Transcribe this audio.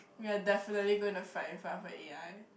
we are definitely going to fight in front a a_i